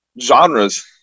genres